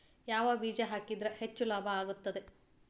ಯಾವ ಬೇಜ ಹಾಕಿದ್ರ ಹೆಚ್ಚ ಲಾಭ ಆಗುತ್ತದೆ?